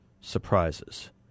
surprises